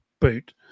boot